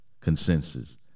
consensus